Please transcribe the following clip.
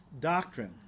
doctrine